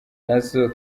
nazo